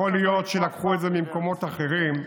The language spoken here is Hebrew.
יכול להיות שלקחו את זה ממקומות אחרים.